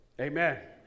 Amen